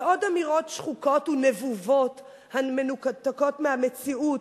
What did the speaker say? ועוד אמירות שחוקות ונבובות המנותקות מהמציאות,